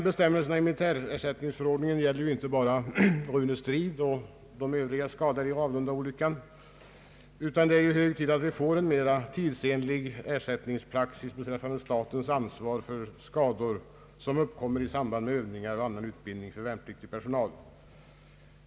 Bestämmelserna i militärersättningsförordningen gäller emellertid inte bara Rune Stridh och de övriga skadade vid Ravlundaolyckan, och det är hög tid att vi får en mera tidsenlig ersättningspraxis beträffande statens ansvar för skador som uppkommer i samband med övningar och annan utbildning för värnpliktig personal.